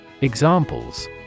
Examples